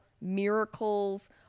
miracles